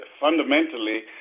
fundamentally